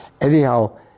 Anyhow